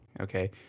okay